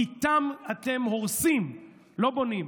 איתם אתם הורסים, לא בונים.